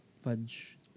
fudge